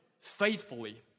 faithfully